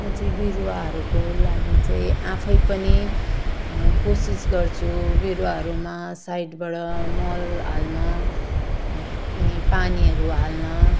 म चाहिँ बिरुवाहरूको लागि चाहिँ आफै पनि कोसिस गर्छु बिरुवाहरूमा साइडबाट मल हाल्न अनि पानीहरू हाल्न